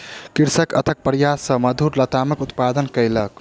कृषक अथक प्रयास सॅ मधुर लतामक उत्पादन कयलक